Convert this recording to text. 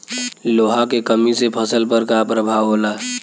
लोहा के कमी से फसल पर का प्रभाव होला?